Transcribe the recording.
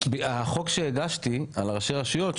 החוק שהגשתי על ראשי הרשויות,